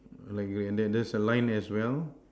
like there there's a line as well